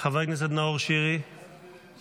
חבר הכנסת נאור שירי, בבקשה.